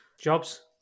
jobs